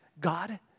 God